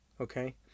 Okay